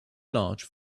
large